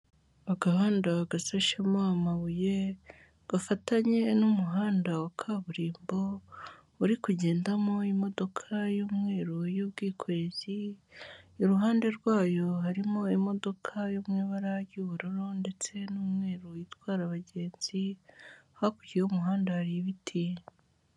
Agahanda gasheshemo amabuye gafatanye n'umuhanda wa kaburimbo uri kugendamo imodoka y'umweru y'ubwikorezi, iruhande rwayo harimo imodoka yo mu ibara ry'ubururu ndetse n'umweru itwara abagenzi, hakurya y'umuhanda hari ibiti.